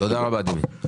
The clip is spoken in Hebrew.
תודה רבה דימי.